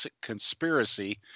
Conspiracy